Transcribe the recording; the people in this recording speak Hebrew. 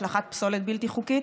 השלכת פסולת בלתי חוקית,